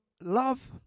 love